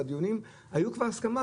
בדיונים היו כבר הסכמות,